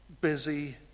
busy